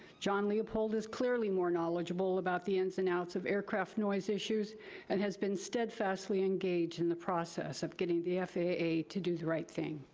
john leopold is clearly more knowledgeable about the ins and outs of aircraft noise issues and has been steadfastly engaged in the process of getting the faa to do the right thing.